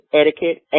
etiquette